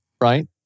right